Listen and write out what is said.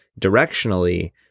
directionally